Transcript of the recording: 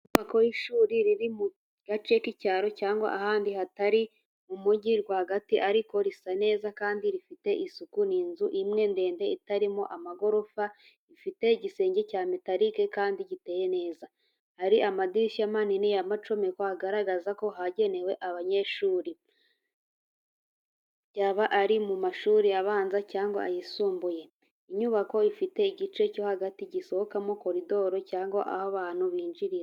Inyubako y’ishuri riri mu gace k’icyaro cyangwa ahandi hatari mu mujyi rwagati, ariko risa neza kandi rifite isuku Ni inzu imwe ndende itarimo amagorofa ifite igisenge cya metarike kandi giteye neza. hari amadirishya manini y’amacomeko agaragaza ko hagenewe abanyeshuri, byaba ari mu mashuri abanza cyangwa ayisumbuye. inyubako ifite igice cyo hagati gisohokamo koridoro cyangwa aho abantu binjirira .